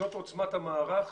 זאת עוצמת המערך.